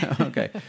Okay